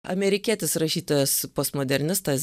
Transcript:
amerikietis rašytojas postmodernistas